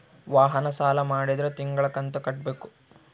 ವಾಹನ ಸಾಲ ಮಾಡಿದ್ರಾ ತಿಂಗಳ ಕಂತು ಕಟ್ಬೇಕು